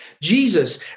Jesus